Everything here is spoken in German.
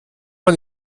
man